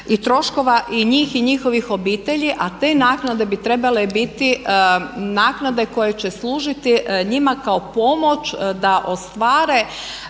i troškova i njih i njihovih obitelji. A te naknade bi trebale biti naknade koje će služiti njima kao pomoć da ostvare